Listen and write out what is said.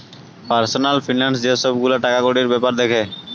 personal finance যে সব গুলা টাকাকড়ির বেপার দ্যাখে